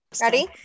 Ready